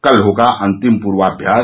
कल होगा अंतिम पूर्वाभ्यास